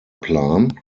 plan